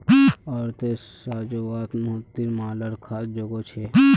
औरतेर साज्वात मोतिर मालार ख़ास जोगो छे